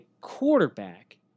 quarterback